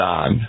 on